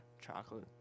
chocolate